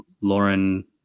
Lauren